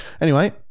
Anyway-